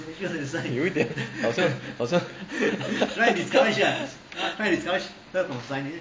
有一点好像好像